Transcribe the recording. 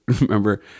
remember